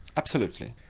absolutely.